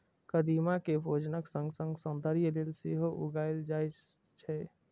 कदीमा कें भोजनक संग संग सौंदर्य लेल सेहो उगायल जाए छै